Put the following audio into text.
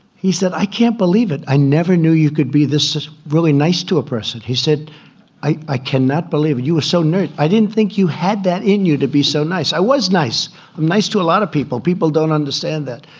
he said i can't believe it. i never knew you could be this really nice to a person he said i i cannot believe you are so new. i didn't think you had that in you to be so nice. i was nice and um nice to a lot of people people don't understand that.